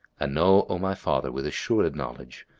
and know, o my father, with assured knowledge,